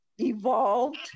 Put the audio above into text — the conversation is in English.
evolved